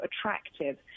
attractive